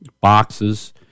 boxes